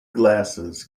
glasses